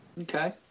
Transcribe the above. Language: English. Okay